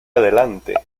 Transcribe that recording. adelante